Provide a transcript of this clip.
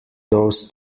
those